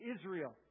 Israel